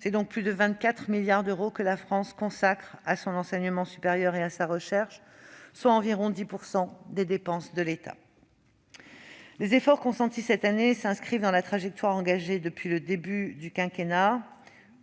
Ce sont ainsi plus de 24 milliards d'euros que la France consacre à son enseignement supérieur et à sa recherche, soit environ 10 % des dépenses de l'État. Les efforts consentis cette année s'inscrivent dans la trajectoire engagée depuis le début de ce quinquennat :